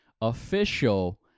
official